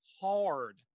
hard